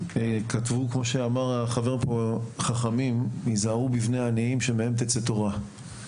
כתבו חכמים כמו שאמר החבר פה "הזהרו בבני עניים שמהם תצא תורה".